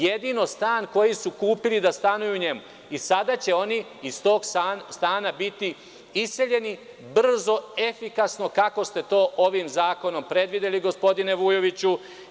Jedino stan koji su kupili da stanuju u njemu, a sada će oni iz tog stana biti iseljeni brzo i efikasno, kako ste to ovim zakonom predvideli, gospodine Vujoviću.